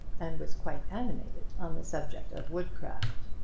and was quite animated on the subject of woodcraft.